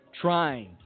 trying